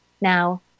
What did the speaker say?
now